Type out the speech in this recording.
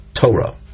Torah